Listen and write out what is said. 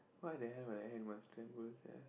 why the hell would I sia